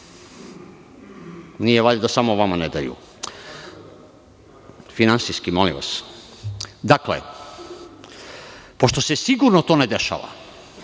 Nije valjda samo vama ne daju? Finansijski. Dakle, pošto se sigurno to ne dešava,